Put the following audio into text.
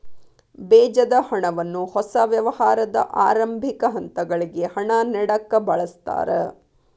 ಬೇಜದ ಹಣವನ್ನ ಹೊಸ ವ್ಯವಹಾರದ ಆರಂಭಿಕ ಹಂತಗಳಿಗೆ ಹಣ ನೇಡಕ ಬಳಸ್ತಾರ